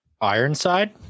Ironside